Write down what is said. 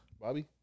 Bobby